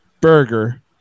burger